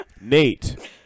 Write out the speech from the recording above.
Nate